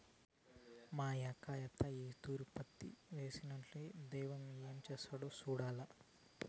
మాకయ్యంతా ఈ తూరి పత్తి పంటేస్తిమి, దైవం ఏం చేస్తాడో సూడాల్ల